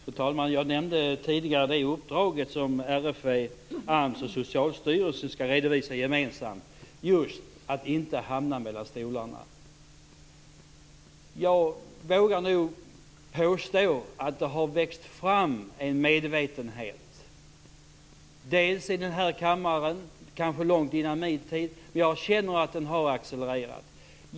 Fru talman! Jag nämnde tidigare det uppdrag som RFV, AMS och Socialstyrelsen skall redovisa gemensamt, nämligen just att se till att människor inte hamnar mellan stolarna. Jag vågar nog påstå att det har växt fram en medvetenhet, t.ex. i den här kammaren. Det började kanske långt före min tid, men jag känner att den har accelererat.